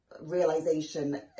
realization